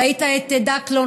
ראית את דקלון,